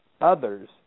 others